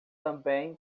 também